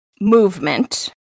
movement